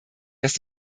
dass